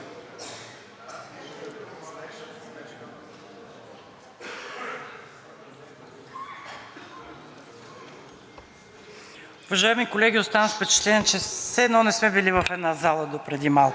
Уважаеми колеги, оставам с впечатление, че все едно не сме били в една зала допреди малко? Къде чухте да плашим със страх, зовейки за мир? Къде го чухте това нещо?!